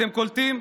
אתם קולטים?